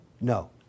No